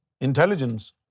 intelligence